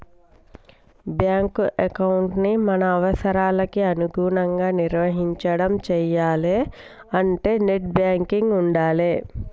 bank ఎకౌంటుని మన అవసరాలకి అనుగుణంగా నిర్వహించడం చెయ్యాలే అంటే నెట్ బ్యాంకింగ్ ఉండాలే